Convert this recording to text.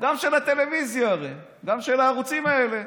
של הטלוויזיה, הרי, גם של הערוצים האלה.